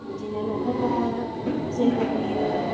बिदिनो न'खर न'खर जग्य होयो